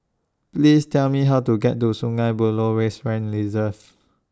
Please Tell Me How to get to Sungei Buloh Wetland Reserve